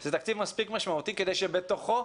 שזה תקציב מספיק משמעותי כדי שבתוכו